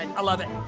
and i love it.